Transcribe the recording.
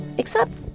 except,